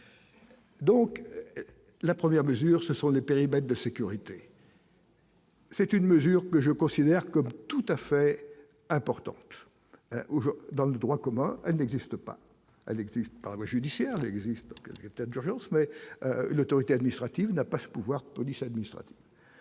Donc, la première mesure, ce sont des périmètres de sécurité. C'est une mesure que je considère comme tout à fait important au jour dans le droit commun, elle n'existe pas, elle existe par voie judiciaire n'existe peut-être d'urgence mais l'autorité administrative n'a pas ce pouvoir de police administrative.